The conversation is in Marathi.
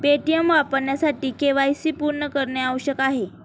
पेटीएम वापरण्यासाठी के.वाय.सी पूर्ण करणे आवश्यक आहे